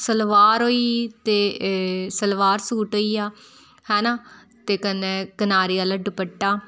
सलवार होई गेई ते सलवार सूट होई गेआ हैना ते कन्नै कनारी आह्ला दुपट्टा